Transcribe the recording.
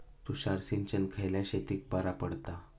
तुषार सिंचन खयल्या शेतीक बरा पडता?